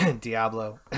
Diablo